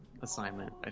assignment